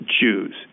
Jews